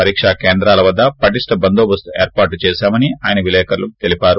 పరీక్ష కేంద్రాల వద్ద పటీష్ట బందోబస్తు ఏర్పాటు చేసామని ఆయన విలేకరులకు తెలిపారు